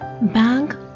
Bank